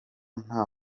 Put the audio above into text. nta